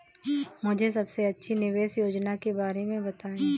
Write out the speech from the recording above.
मुझे सबसे अच्छी निवेश योजना के बारे में बताएँ?